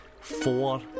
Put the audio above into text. four